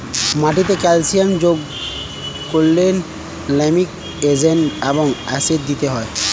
মাটিতে ক্যালসিয়াম যোগ করলে লাইমিং এজেন্ট এবং অ্যাসিড দিতে হয়